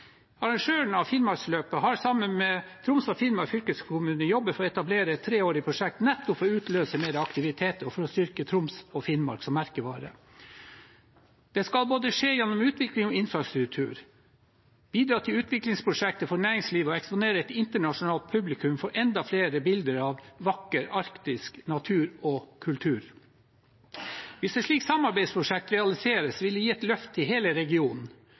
av Finnmarksløpet har sammen med Troms og Finnmark fylkeskommune jobbet for å etablere et treårig prosjekt nettopp for å utløse mer aktivitet og styrke Troms og Finnmark som merkevare. Det skal skje både gjennom utvikling og infrastruktur, bidra til utviklingsprosjekter for næringslivet og eksponere et internasjonalt publikum for enda flere bilder av vakker arktisk natur og kultur. Hvis et slikt samarbeidsprosjekt realiseres, vil det gi et løft i hele regionen.